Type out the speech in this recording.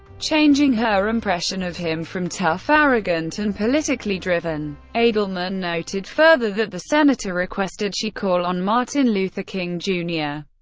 changing her impression of him from tough, arrogant, and politically driven. edelman noted further that the senator requested she call on martin luther king jr.